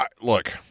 Look